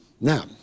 Now